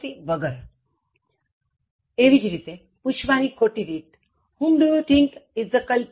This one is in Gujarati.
વગર પૂછવાની ખોટી રીત Whom do you think is the culprit